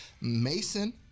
Mason